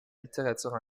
littérature